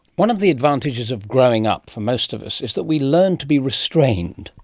one of the advantages of growing up, for most of us, is that we learn to be restrained,